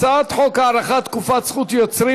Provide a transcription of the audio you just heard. הצעת חוק הארכת תקופת זכות יוצרים